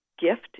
gift